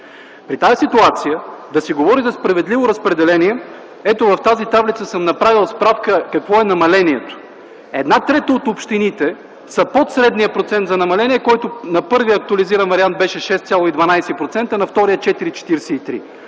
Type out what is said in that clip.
При тази ситуация се говори за справедливо разпределение! Ето, в тази таблица съм направил справка какво е намалението. Една трета от общините са под средния процент за намаление, който на първия актуализиран вариант беше 6,12%, а на втория – 4,43%.